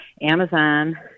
Amazon